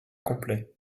complet